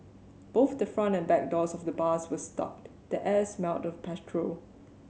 both the front and back doors of the bus were stuck the air smelled of petrol